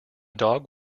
dog